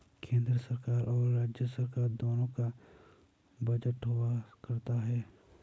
केन्द्र सरकार और राज्य सरकार दोनों का बजट हुआ करता है